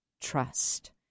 trust